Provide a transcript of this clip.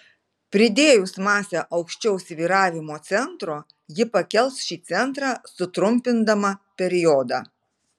pridėjus masę aukščiau svyravimo centro ji pakels šį centrą sutrumpindama periodą